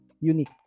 unique